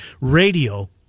radio